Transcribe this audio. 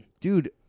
Dude